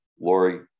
Lori